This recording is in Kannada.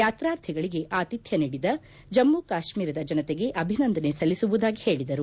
ಯಾತ್ರಾರ್ಥಿಗಳಿಗೆ ಆತಿಥ್ಡ ನೀಡಿದ ಜಮ್ಗು ಕಾಶ್ನೀರದ ಜನತೆಗೆ ಅಭಿನಂದನೆ ಸಲ್ಲಿಸುವುದಾಗಿ ಹೇಳಿದರು